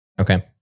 Okay